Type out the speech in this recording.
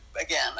again